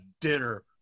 dinner